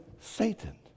Satan